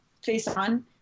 face-on